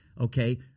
Okay